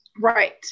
right